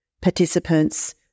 participants